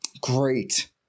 Great